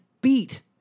beat